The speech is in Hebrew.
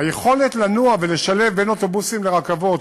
היכולת לנוע ולשלב בין אוטובוסים לרכבות,